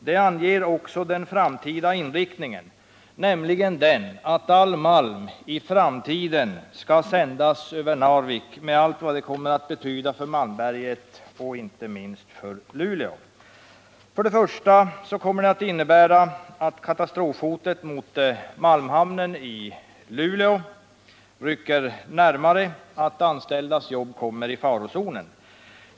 Det anger också den framtida inriktningen, nämligen den att all malm i framtiden skall sändas över Narvik, med allt vad det kommer att betyda för Malmberget och inte minst för Luleå. Det gamla hotet mot malmhamnen i Luleå rycker närmare, och de anställdas jobb kommer i farozonen.